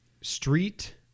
Street